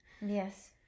Yes